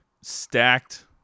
stacked